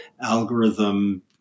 algorithm